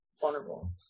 vulnerable